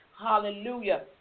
Hallelujah